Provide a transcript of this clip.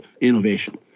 innovation